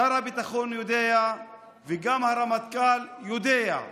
שר הביטחון יודע וגם הרמטכ"ל יודע,